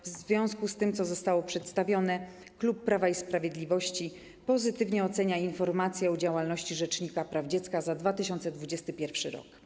W związku z tym, co zostało przedstawione, klub Prawa i Sprawiedliwości pozytywnie ocenia informację o działalności rzecznika praw dziecka za 2021 r.